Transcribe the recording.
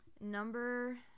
Number